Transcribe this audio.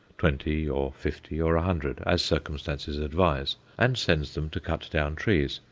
twenty or fifty or a hundred, as circumstances advise, and sends them to cut down trees,